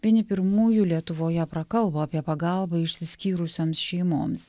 vieni pirmųjų lietuvoje prakalbo apie pagalbą išsiskyrusioms šeimoms